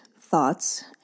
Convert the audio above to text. thoughts